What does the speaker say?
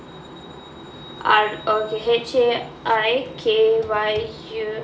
R okay H A I K Y U U